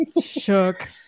shook